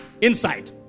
Inside